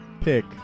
pick